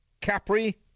Capri